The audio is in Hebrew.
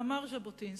ואמר ז'בוטינסקי,